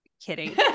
kidding